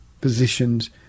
positions